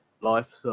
life